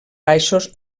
baixos